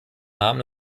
namen